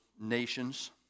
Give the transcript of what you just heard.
nations